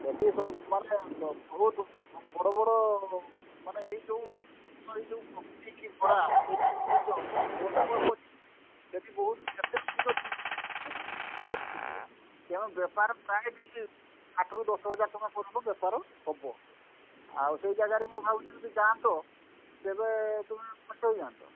ଏଠି ସବୁ ମାନେ ବହୁତ ବଡ଼ ବଡ଼ ମାନେ ଏଇ ଯେଉଁ ଏଇ ଯେଉଁ ପକୁଡ଼ି କି ବରା ଏଇ ଯେଉଁ କରୁଛ ସେଇଠି ବହୁତ ଯେତେ ଅଧିକ ଜିନଷ ତିଆରି ହେଲେ ବି ସେଲ୍ ହେଇଯିବ ତେଣୁ ବେପାର ପ୍ରାୟ ସେଇଠି ଆଠରୁ ଦଶହଜାର ଟଙ୍କା ପର୍ଯ୍ୟନ୍ତ ବେପାର ହେବ ଆଉ ସେଇ ଜାଗାରେ ମୁଁ ଭାବୁଥିଲି ଯଦି ଯାଅନ୍ତ ତେବେ ତୁମେ ମଣିଷ ହେଇଯାନ୍ତ